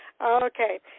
Okay